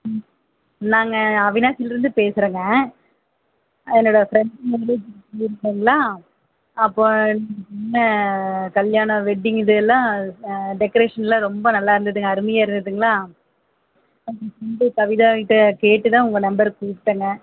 ம் நாங்கள் அவிநாசிலருந்து பேசுறேங்க என்னோட ஃப்ரெண்ட் மேரேஜ்க்கு போயிருந்தங்களா அப்போ வ கல்யாணம் வெட்டிங் இது எல்லாம் டெக்கரேஷன்லாம் ரொம்ப நல்லா இருந்துதுங்க அருமையாக இருந்துதுங்களா அப்புறம் ஏன் ஃப்ரெண்ட்டு கவிதாக்கிட்ட கேட்டு தான் உங்கள் நம்பர் கூப்பிட்டேங்க